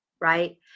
right